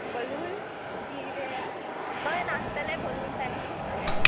balloons किदें थंय नासतलें बलून्स आनी सगळें